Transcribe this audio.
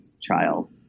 child